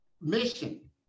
mission